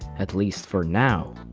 at least for now,